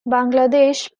bangladesh